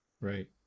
right